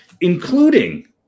including